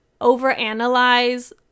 overanalyze